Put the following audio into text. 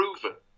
proven